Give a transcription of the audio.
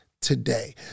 today